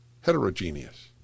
heterogeneous